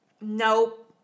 nope